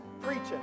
preaching